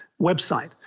website